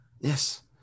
Yes